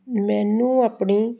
ਮੈਨੂੰ ਆਪਣੀ